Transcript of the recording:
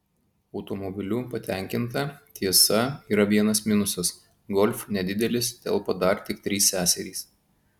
automobiliu patenkinta tiesa yra vienas minusas golf nedidelis telpa dar tik trys seserys